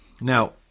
now